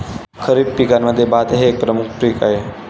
खरीप पिकांमध्ये भात हे एक प्रमुख पीक आहे